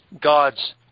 God's